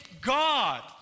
God